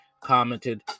commented